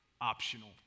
optional